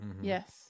Yes